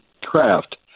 craft